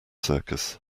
circus